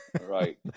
Right